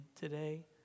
today